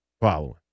following